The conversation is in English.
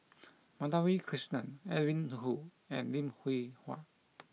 Madhavi Krishnan Edwin Koo and Lim Hwee Hua